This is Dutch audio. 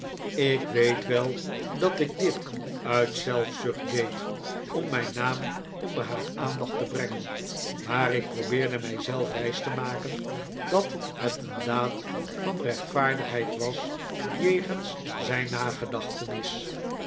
ik weet wel dat ik dit uit zelfzucht deed om mijn naam onder haar aandacht te brengen maar ik probeerde mij zelf wij ste maken dat het een daad van rechtvaardigheid was jegens zijn nagedachtenis